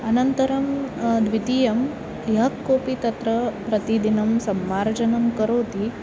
अनन्तरं द्वितीयं यः कोऽपि तत्र प्रतिदिनं सम्मार्जनं करोति